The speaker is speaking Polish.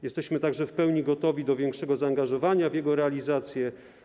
Jesteśmy także w pełni gotowi do większego zaangażowania w jego realizację.